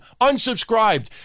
Unsubscribed